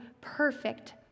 perfect